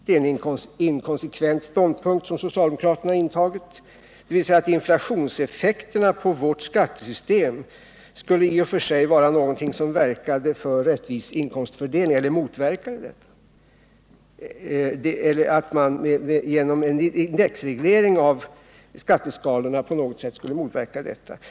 Det är en inkonsekvent ståndpunkt som socialdemokraterna här har intagit, dvs. att inflationseffekterna på vårt skattesystem skulle i och för sig vara någonting som verkade för rättvis inkomstfördelning och att man genom indexreglering av skatteskalorna på något sätt skulle motverka detta.